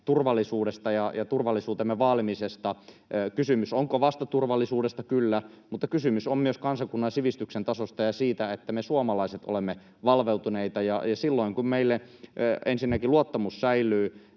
turvallisuudesta ja turvallisuutemme vaalimisesta, on myös hyvin monisyinen asia, onko kysymys vasta turvallisuudesta — kyllä, mutta kysymys on myös kansakunnan sivistyksen tasosta ja siitä, että me suomalaiset olemme valveutuneita. Silloin, kun meillä säilyy luottamus meidän